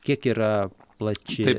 kiek yra plačiai